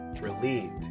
relieved